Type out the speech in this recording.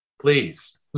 Please